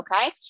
okay